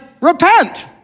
repent